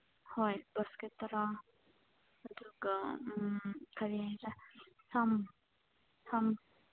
ꯍꯣꯏ ꯕꯥꯁꯀꯦꯠ ꯇꯔꯥ ꯑꯗꯨꯒ ꯀꯔꯤꯒꯦ ꯁꯝ ꯁꯝ